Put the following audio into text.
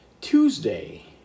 Tuesday